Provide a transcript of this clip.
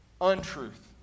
untruth